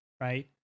right